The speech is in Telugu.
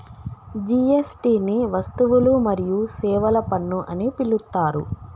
జీ.ఎస్.టి ని వస్తువులు మరియు సేవల పన్ను అని పిలుత్తారు